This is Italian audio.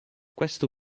questo